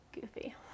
goofy